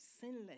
sinless